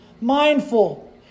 mindful